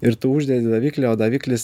ir tu uždedi daviklį o daviklis